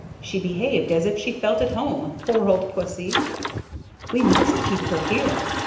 she behaved as if she felt at home, poor old pussy we must keep her here,